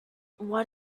what